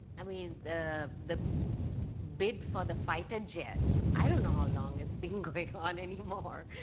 i mean the the bid for the fighter jet, i don't know how long it's been going on anymore.